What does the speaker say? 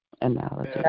analogy